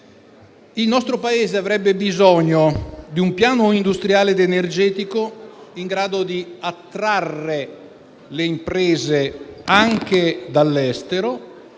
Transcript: Il nostro Paese avrebbe bisogno di un piano industriale ed energetico in grado di attrarre le imprese anche dall'estero,